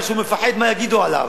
כי הוא מפחד מה יגידו עליו,